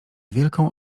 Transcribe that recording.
wielką